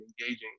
engaging